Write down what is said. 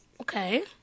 Okay